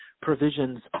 provisions